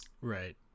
right